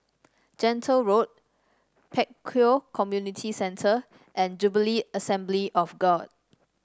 Gentle Road Pek Kio Community Centre and Jubilee Assembly of God